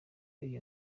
iyo